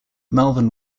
malvern